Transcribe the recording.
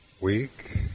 week